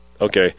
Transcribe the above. Okay